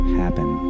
happen